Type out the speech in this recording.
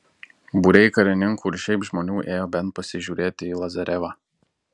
būriai karininkų ir šiaip žmonių ėjo bent pasižiūrėti į lazarevą